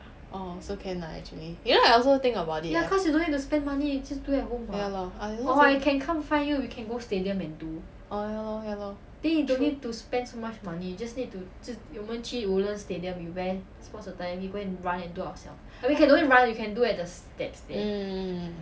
orh also can lah actually ya I also think about it ah ya lor I also don't know why orh ya lor ya lor true mm